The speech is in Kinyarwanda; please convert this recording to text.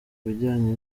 bijyanye